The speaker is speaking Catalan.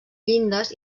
llindes